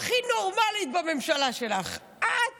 הכי נורמלית בממשלה שלך, את.